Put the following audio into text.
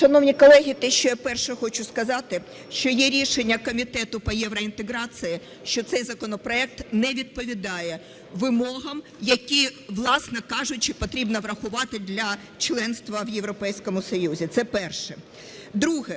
Шановні колеги, те, що я перше хочу сказати, що є рішення Комітету по євроінтеграції, що цей законопроект не відповідає вимогам, які, власне кажучи, потрібно врахувати для членства в Європейському Союзі. Це перше. Друге.